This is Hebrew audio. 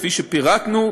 כפי שפירטנו,